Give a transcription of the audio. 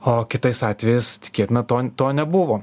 o kitais atvejais tikėtina to to nebuvo